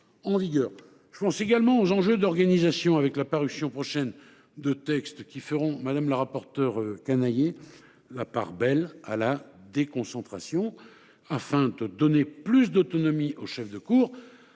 Je pense également aux enjeux d’organisation, avec la parution prochaine de textes qui feront, madame le rapporteur Canayer, la part belle à la déconcentration afin de donner plus d’autonomie aux chefs de cours.